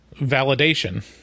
validation